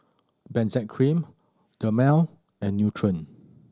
Benzac Cream Dermale and Nutren